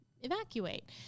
evacuate